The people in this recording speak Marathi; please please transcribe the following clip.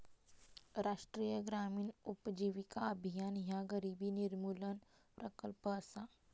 राष्ट्रीय ग्रामीण उपजीविका अभियान ह्या गरिबी निर्मूलन प्रकल्प असा